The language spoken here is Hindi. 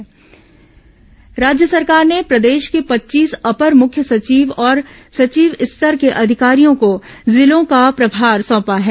आईएएस जिला प्रभार राज्य सरकार ने प्रदेश के पच्चीस अपर मुख्य सचिव और सचिव स्तर के अधिकारियों को जिलों का प्रभार सौंपा है